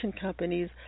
companies